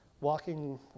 Walking